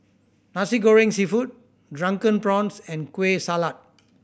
Nasi Goreng Seafood Drunken Prawns and Kueh Salat